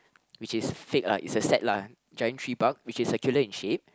which is fake ah it's a set lah giant tree bark which is circular in shape